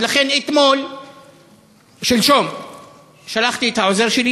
ולכן שלשום שלחתי את העוזר שלי,